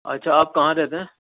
اچھا آپ کہاں رہتے ہیں